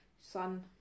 sun